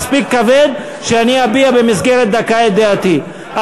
לא מתערב בדברים האלה.